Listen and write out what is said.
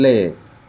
play